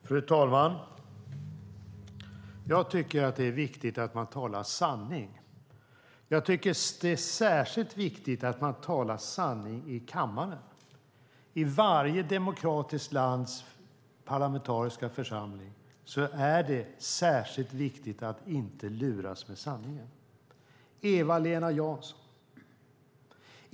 Fru talman! Jag tycker att det är viktigt att man talar sanning. Jag tycker att det är särskilt viktigt att man talar sanning i kammaren. I varje demokratiskt lands parlamentariska församling är det särskilt viktigt att inte luras och fara med osanning.